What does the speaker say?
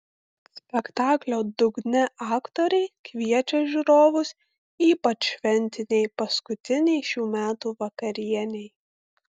spektaklio dugne aktoriai kviečia žiūrovus ypač šventinei paskutinei šių metų vakarienei